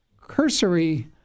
cursory